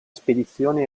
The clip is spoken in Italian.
spedizione